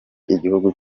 igihugu